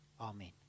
Amen